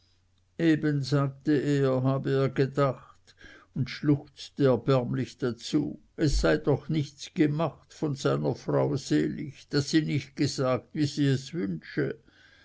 eben sagte er habe er gedacht und schluchzte erbärmlich dazu es sei doch nichts gemacht von seiner frau selig daß sie nicht gesagt wie sie es wünsche